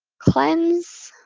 cleanse